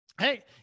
Hey